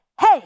hey